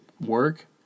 work